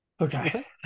Okay